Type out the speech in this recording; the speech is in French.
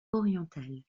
orientale